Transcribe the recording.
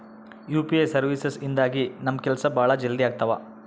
UPI services ಇಂದಾಗಿ ನಮ್ ಕೆಲ್ಸ ಭಾಳ ಜಲ್ದಿ ಅಗ್ತವ